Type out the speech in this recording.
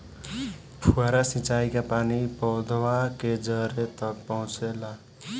फुहारा सिंचाई का पानी पौधवा के जड़े तक पहुचे ला?